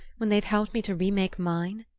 when they've helped me to remake mine?